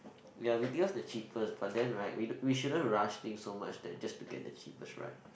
ya b_t_o is the cheapest but then right we we shouldn't rush things so much that just to get the cheapest right